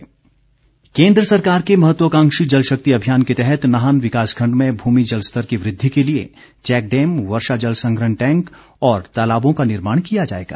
बिंदल केंद्र सरकार के महत्वकांक्षी जल शक्ति अभियान के तहत नाहन विकास खंड में भूमि जलस्तर की वृद्धि के लिए चैकडैम वर्षा जलसंग्रहण टैंक और तालाबों का निर्माण किया जाएगा